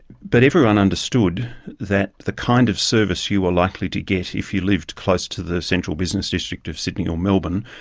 but everyone understood that the kind of service you were likely to get if you lived close to the central business district of sydney or melbourne,